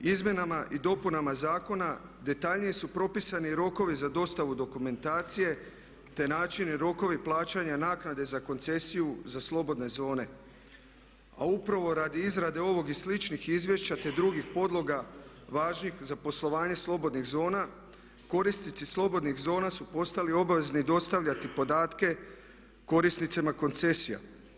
Izmjenama i dopunama zakona detaljnije su propisani rokovi za dostavu dokumentacije, te način i rokovi plaćanja naknade za koncesiju za slobodne zone, a upravo radi izrade ovog i sličnih izvješća, te drugih podloga važnih za poslovanje slobodnih zona korisnici slobodnih zona su postali obvezni dostavljati podatke korisnicima koncesija.